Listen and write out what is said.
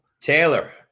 Taylor